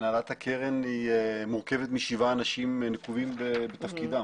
הנהלת הקרן היא מורכבת משבעה אנשים נקובים בתפקידם.